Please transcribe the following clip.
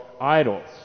idols